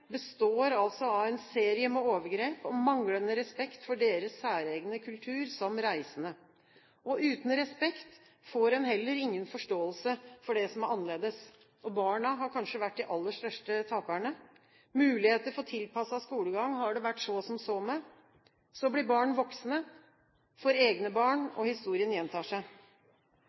består altså av en serie med overgrep og manglende respekt for deres særegne kultur som reisende. Uten respekt får en heller ingen forståelse for det som er annerledes. Barna har kanskje vært de aller største taperne. Muligheter for tilpasset skolegang har det vært så som så med. Så blir barn voksne, får egne barn, og historien gjentar seg.